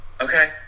Okay